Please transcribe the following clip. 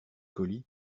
colis